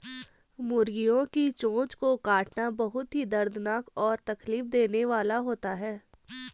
मुर्गियों की चोंच को काटना बहुत ही दर्दनाक और तकलीफ देने वाला होता है